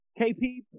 KP